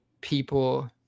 people